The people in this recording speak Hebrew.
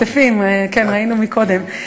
מטפטפים, כן, ראינו קודם.